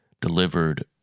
delivered